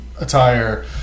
attire